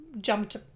jumped